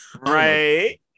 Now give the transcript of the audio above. Right